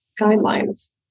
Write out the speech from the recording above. guidelines